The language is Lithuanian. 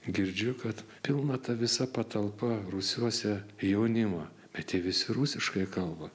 girdžiu kad pilna ta visa patalpa rūsiuose jaunimo bet visi rusiškai kalba